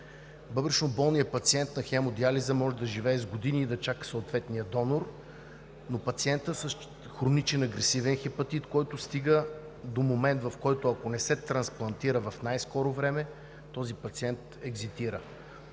Бъбречноболният пациент на хемодиализа може да живее с години и да чака съответния донор, но пациентът с хроничен агресивен хепатит, който стига до момент, в който, ако не се трансплантира в най-скоро време, този пациент екзитира.